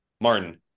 Martin